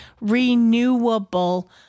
renewable